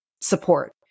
support